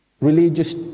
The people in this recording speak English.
religious